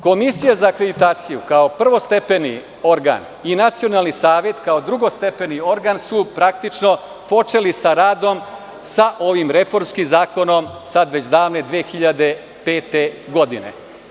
Komisija za akreditaciju, kao prvostepeni organ i Nacionalni savet, kao drugostepeni organ, su praktično počeli sa radom sa ovim reformskim zakonom sad već davne 2005. godine.